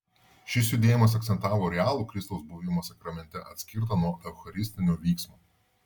šis judėjimas akcentavo realų kristaus buvimą sakramente atskirtą nuo eucharistinio vyksmo